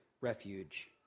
refuge